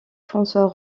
françois